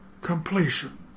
completion